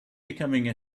becoming